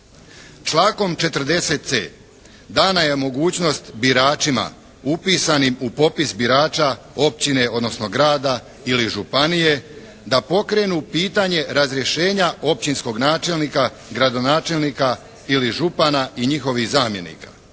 Člankom 40c. dana je mogućnost biračima upisanim u popis birača općine, odnosno grada ili županije da pokrenu pitanje razrješenja općinskog načelnika, gradonačelnika ili župana i njihovih zamjenika.